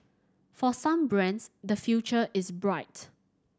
for some brands the future is bright